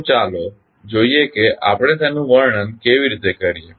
તો ચાલો જોઈએ કે આપણે તેનું વર્ણન કેવી રીતે કરીએ